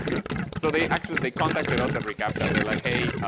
so they actually they contacted us at recaptcha and they're like, hey,